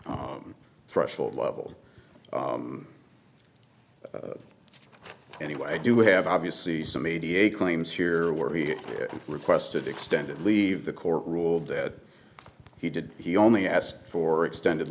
threshold level anyway i do have obviously some mediate claims here where he requested extended leave the court ruled that he did he only asked for extended